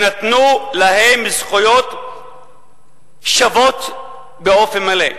יינתנו להם זכויות שוות באופן מלא.